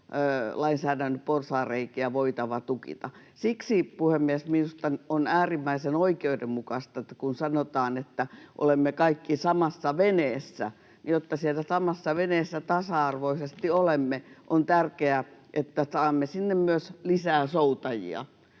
verolainsäädännön porsaanreikiä voitava tukkia. Siksi, puhemies, minusta on äärimmäisen oikeudenmukaista — kun sanotaan, että olemme kaikki samassa veneessä — tämä: jotta siellä samassa veneessä tasa-arvoisesti olemme, on tärkeää, että saamme sinne myös lisää soutajia.